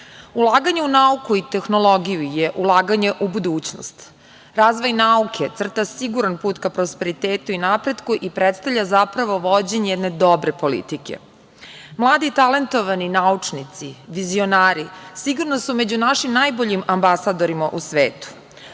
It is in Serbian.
u nauku i tehnologiju je ulaganje u budućnost. Razvoj nauke crta siguran put ka prosperitetu i napretku i predstavlja zapravo vođenje jedne dobre politike. Mladi talentovani naučnici, vizionari sigurno su među našim najboljim ambasadorima u svetu.